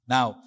Now